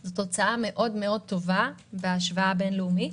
זה תוצאה טובה מאוד בהשוואה בין-לאומית.